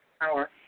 power